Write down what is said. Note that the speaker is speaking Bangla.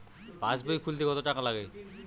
পাশবই খুলতে কতো টাকা লাগে?